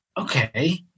okay